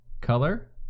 Color